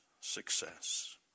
success